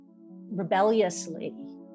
rebelliously